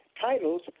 titles